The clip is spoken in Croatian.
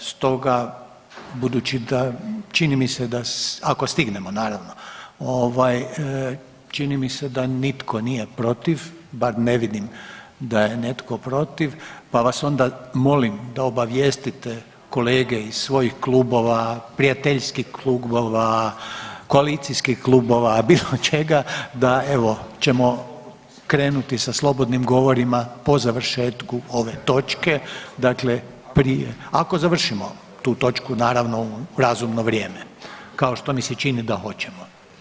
Stoga budući da, čini mi se da, ako stignemo naravno ovaj čini mi se da nitko nije protiv, bar ne vidim da je netko protiv pa vas onda molim da obavijestite kolege iz svojih klubova, prijateljskih klubova, koalicijskih klubova, bilo čega da evo ćemo krenuti sa slobodnim govorima po završetku ove točke, dakle prije, ako završimo tu točku naravno u razumno vrijeme kao što mi se čini da hoćemo.